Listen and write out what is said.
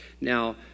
Now